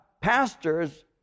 pastors